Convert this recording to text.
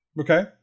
Okay